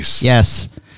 Yes